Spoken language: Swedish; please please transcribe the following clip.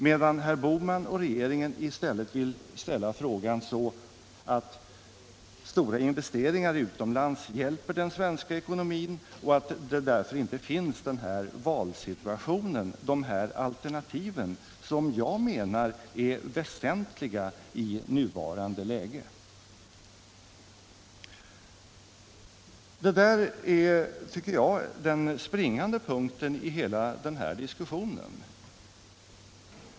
Herr Bohman och regeringen vill i stället framställa det så, att stora investeringar utomlands hjälper den svenska ekonomin och att det därför inte finns någon valsituation, inte några sådana alternativ som jag menar är väsentliga i nuvarande läge. Det här är den springande punkten i hela diskussionen.